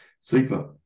Super